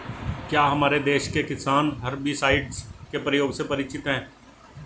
क्या हमारे देश के किसान हर्बिसाइड्स के प्रयोग से परिचित हैं?